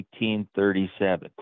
1837